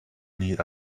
need